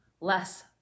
less